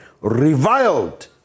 reviled